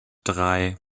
drei